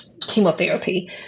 chemotherapy